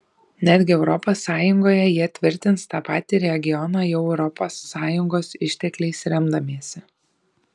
netgi europos sąjungoje jie tvirtins tą patį regioną jau europos sąjungos ištekliais remdamiesi